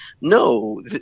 No